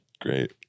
great